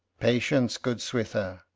patience, good switha.